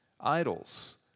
idols